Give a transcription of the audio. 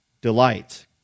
delight